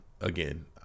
again